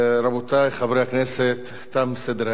רבותי חברי הכנסת, תם סדר-היום.